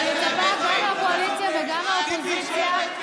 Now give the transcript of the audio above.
מה עם ההרחבה של הבדואים?